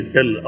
Tell